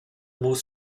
muss